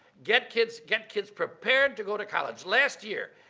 get kids get kids prepared to go to college. last year,